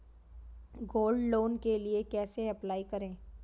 Gold loan के लिए कैसे अप्लाई करें?